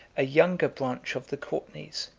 a younger branch of the courtenays,